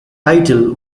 title